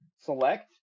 Select